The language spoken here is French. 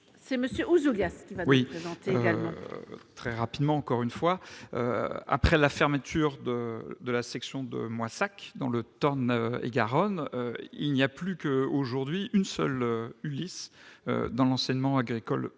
c'est monsieur Ouzoulias. Oui présenté également très rapidement, encore une fois, après la fermeture de de la section de Moissac, dans le Tarn et Garonne, il n'y a plus que, aujourd'hui, une seule Ulysse dans l'enseignement agricole public